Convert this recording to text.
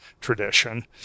tradition